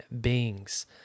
beings